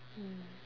mm